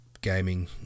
gaming